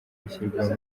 gushyirwamo